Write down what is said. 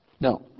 no